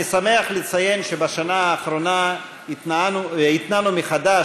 אני שמח לציין שבשנה האחרונה התנענו מחדש